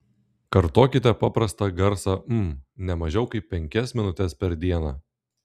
kartokite paprastą garsą m ne mažiau kaip penkias minutes per dieną